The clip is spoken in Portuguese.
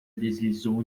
deslizou